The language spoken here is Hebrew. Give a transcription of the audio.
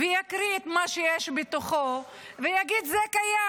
והוא יקריא את מה שיש בו ויגיד שזה קיים.